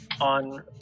on